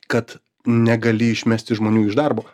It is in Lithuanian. kad negali išmesti žmonių iš darbo